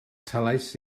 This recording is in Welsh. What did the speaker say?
talais